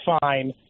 fine